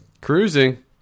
Cruising